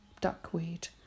duckweed